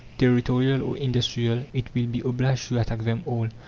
territorial or industrial, it will be obliged to attack them all.